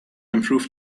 improve